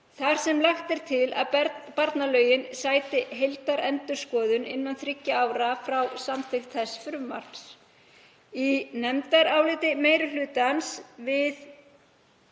þar sem lagt er til að barnalögin sæti heildarendurskoðun innan þriggja ára frá samþykkt þess frumvarps. Í nefndaráliti meiri hlutans um